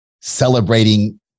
celebrating